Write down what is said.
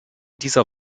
dieser